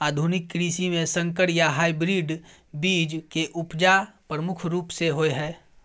आधुनिक कृषि में संकर या हाइब्रिड बीज के उपजा प्रमुख रूप से होय हय